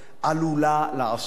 עלולה לעשות.